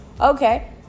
Okay